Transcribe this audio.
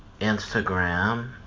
Instagram